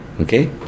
okay